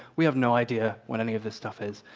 we have no idea what any of this stuff is.